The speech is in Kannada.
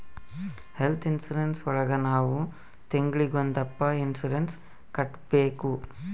ಹೆಲ್ತ್ ಇನ್ಸೂರೆನ್ಸ್ ಒಳಗ ನಾವ್ ತಿಂಗ್ಳಿಗೊಂದಪ್ಪ ಇನ್ಸೂರೆನ್ಸ್ ಕಟ್ಟ್ಬೇಕು